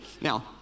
Now